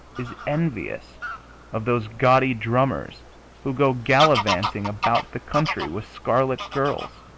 is envious of those gaudy drummers who go gallivanting about the country with scarlet girls